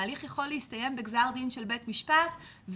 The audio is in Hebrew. ההליך יכול להסתיים בגזר דין של בית משפט וזה